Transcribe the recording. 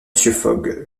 fogg